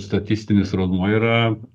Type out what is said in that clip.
statistinis rodmuo yra